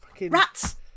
rats